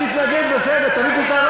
אבל זה מסיעתך, אז תתנגד, בסדר, תביא פתרון.